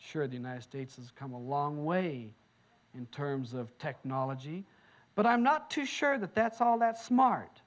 sure the united states has come a long way in terms of technology but i'm not too sure that that's all that smart